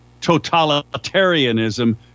totalitarianism